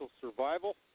Survival